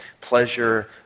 pleasure